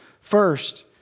First